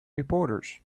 reporters